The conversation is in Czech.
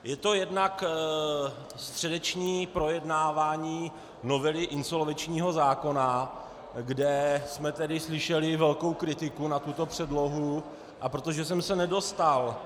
Je to jednak středeční projednávání novely insolvenčního zákona, kde jsme tedy slyšeli velkou kritiku na tuto předlohu, a protože jsem se nedostal